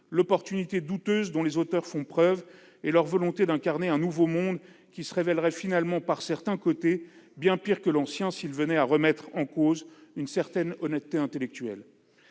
l'opportunité douteuse dont font preuve certains auteurs de textes et à leur volonté d'incarner un nouveau monde. Celui-ci s'avérerait finalement, par certains côtés, bien pire que l'ancien s'il venait à remettre en cause une certaine honnêteté intellectuelle